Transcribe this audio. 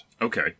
Okay